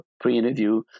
pre-interview